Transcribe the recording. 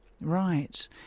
Right